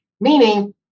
meaning